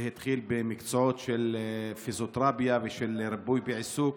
זה התחיל במקצועות של פיזיותרפיה ושל ריפוי בעיסוק,